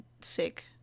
sick